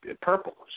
purple